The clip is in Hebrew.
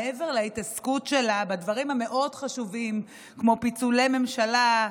מעבר להתעסקות שלה בדברים המאוד-חשובים כמו פיצול הממשלה,